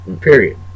Period